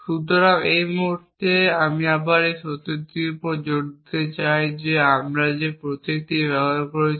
সুতরাং এই মুহুর্তে আমি আবারও এই সত্যটির উপর জোর দিতে চাই যে আমরা যে প্রতীকটি ব্যবহার করছি